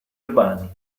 urbani